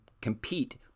compete